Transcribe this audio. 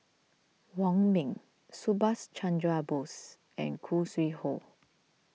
Wong Ming Subhas Chandra Bose and Khoo Sui Hoe